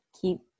keep